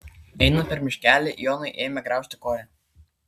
einant per miškelį jonui ėmė graužti koją